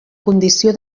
condició